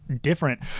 different